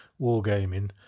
wargaming